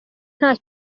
nta